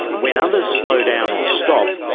when others slow down or stop,